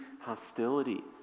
hostility